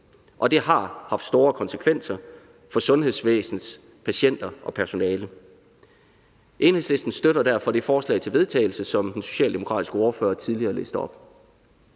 og det har haft store konsekvenser for sundhedsvæsenets patienter og personale. Enhedslisten støtter derfor det forslag til vedtagelse, som den socialdemokratiske ordfører tidligere læste op.